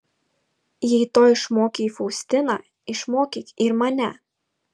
jei to išmokei faustiną išmokyk ir mane